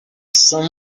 some